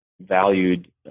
valued